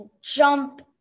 jump